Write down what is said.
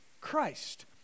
Christ